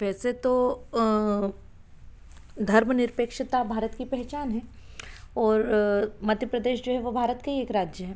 वैसे तो धर्म निरपेक्षता भारत की पहचान है ओर मध्य प्रदेश जो है वो भारत का ही एक राज्य है